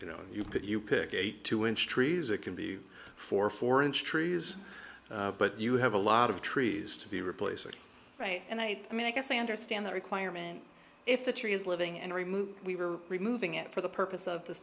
you know you could you pick a two inch trees it can be four four inch trees but you have a lot of trees to be replace it right and i mean i guess i understand the requirement if the tree is living and removed we were removing it for the purpose of this